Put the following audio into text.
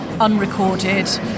unrecorded